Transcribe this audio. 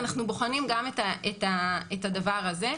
אנחנו בוחנים גם את הדבר הזה.